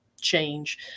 change